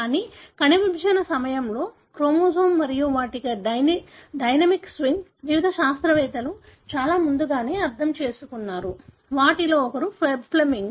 కానీ కణ విభజన సమయంలో క్రోమోజోమ్ మరియు వాటి డైనమిక్ స్వింగ్ వివిధ శాస్త్రవేత్తలు చాలా ముందుగానే అర్థం చేసుకున్నారు వాటిలో ఒకరు ఫ్లెమింగ్